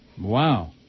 Wow